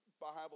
Bible